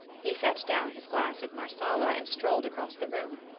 he set down his glass of marsala and strolled across the room.